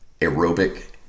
aerobic